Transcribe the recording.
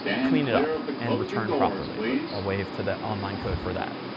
clean it up and return properly. but i'll wave to the online code for that.